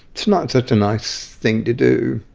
it's not such a nice thing to do.